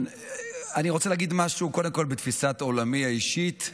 אני רוצה להגיד משהו קודם כול מתפיסת עולמי האישית,